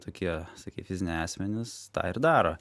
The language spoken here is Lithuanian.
tokie sakai fiziniai asmenys tą ir daro